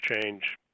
change